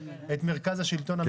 את מרכז השלטון המקומי.